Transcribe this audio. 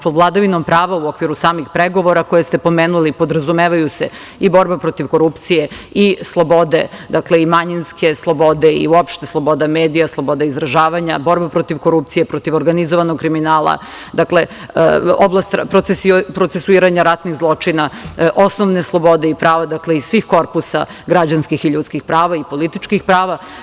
Pod vladavinom prava, u okviru samih pregovora koje ste pomenuli, podrazumevaju se i borba protiv korupcije i slobode, manjinske slobode, i uopšte sloboda medija, sloboda izražavanja, borba protiv korupcije, protiv organizovanog kriminala, procesuiranje ratnih zločina, osnovne slobode i prava iz svih korpusa građanskih i ljudskih prava i političkih prava.